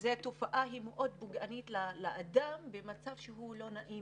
וזו תופעה מאוד פוגענית לאדם במצב שהוא לא נעים,